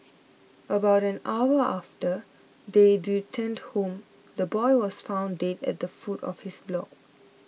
about an hour after they returned home the boy was found dead at the foot of his block